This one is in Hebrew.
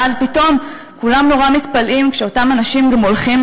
ואז פתאום כולם נורא מתפלאים כשאותם אנשים גם הולכים